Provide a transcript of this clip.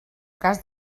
cas